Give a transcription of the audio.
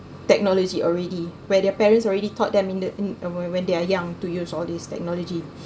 technology already where their parents already taught them in the um and when they are young to use all these technology